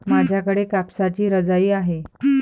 माझ्याकडे कापसाची रजाई आहे